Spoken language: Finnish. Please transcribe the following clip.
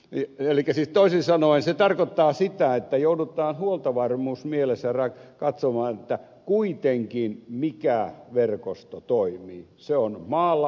elikkä siis toisin sanoen se tarkoittaa sitä että joudutaan huoltovarmuusmielessä katsomaan mikä verkosto kuitenkin toimii se on maalla oleva verkosto